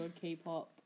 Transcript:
K-pop